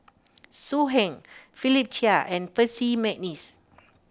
So Heng Philip Chia and Percy McNeice